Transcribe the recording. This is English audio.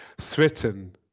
threaten